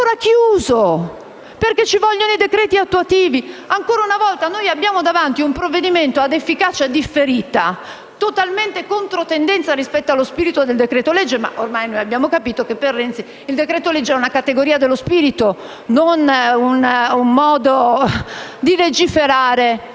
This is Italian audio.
ancora chiuso perché ci vogliono i decreti attuativi. Ancora una volta abbiamo davanti un provvedimento ad efficacia differita, totalmente in controtendenza rispetto allo spirito del decreto-legge, anche se ormai abbiamo capito che per Renzi il decreto-legge è una categoria dello spirito non un modo di legiferare